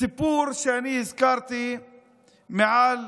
הסיפור שהזכרתי מעל